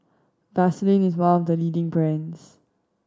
Vaselin is one of the leading brands